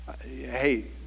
Hey